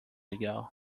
ago